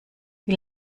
wie